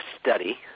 study